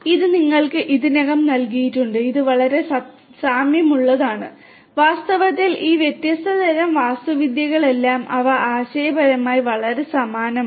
ഇത് നിങ്ങൾക്ക് ഇതിനകം നൽകിയിട്ടുണ്ട് ഇത് വളരെ സാമ്യമുള്ളതാണ് വാസ്തവത്തിൽ ഈ വ്യത്യസ്ത തരം വാസ്തുവിദ്യകളെല്ലാം അവ ആശയപരമായി വളരെ സമാനമാണ്